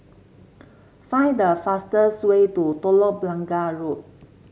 find the fastest way to Telok Blangah Road